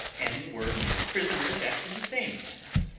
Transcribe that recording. and were made prisoners after the same manner,